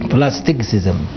Plasticism